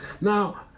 Now